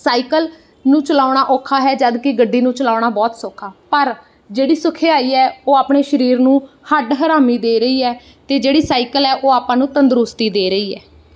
cycle ਨੂੰ ਚਲਾਉਣਾ ਔਖਾ ਹੈ ਜਦ ਕਿ ਗੱਡੀ ਨੂੰ ਚਲਾਉਣਾ ਬਹੁਤ ਸੌਖਾ ਪਰ ਜਿਹੜੀ ਸੁਖਿਆਈ ਹੈ ਉਹ ਆਪਣੇ ਸਰੀਰ ਨੂੰ ਹੱਡ ਹਰਾਮੀ ਦੇ ਰਹੀ ਹੈ ਅਤੇ ਜਿਹੜੀ ਸਾਈਕਲ ਹੈ ਉਹ ਆਪਾਂ ਨੂੰ ਤੰਦਰੁਸਤੀ ਦੇ ਰਹੀ ਹੈ